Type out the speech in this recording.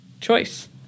choice